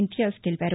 ఇంతియాజ్ తెలిపారు